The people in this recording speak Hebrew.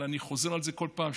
אבל אני חוזר על זה כל פעם,